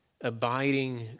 abiding